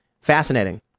Fascinating